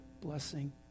blessing